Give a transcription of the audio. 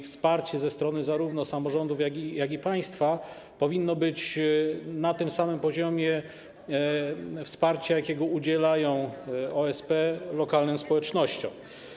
Wsparcie ze strony zarówno samorządów, jak i państwa powinno być na tym samym poziomie wsparcia, jakiego udzielają OSP lokalnym społecznościom.